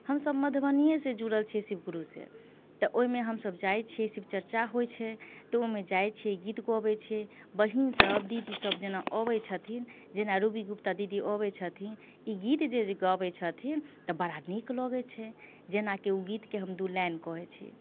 हम सभ मधुबनिये से जुड़ल छी शिव गुरु से तऽ ओहिमे हम सभ जाइ छी शिव चर्चा होइ छै तऽ ओहिमे जाइ छी गीत गबै छी बहीन सभ दीदी सभ जेना अबै छथिन जेना रूबी गुप्ता दीदी अबै छथिन ई गीत जे गबै छथिन तऽ बड़ा नीक लगै छै जेना कि ओ गीतके हम दू लाइन कहै छी